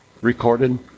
recorded